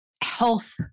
health